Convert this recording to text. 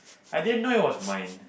I didn't know it was mine